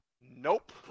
Nope